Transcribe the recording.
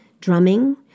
drumming